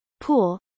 Pool